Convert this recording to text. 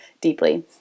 deeply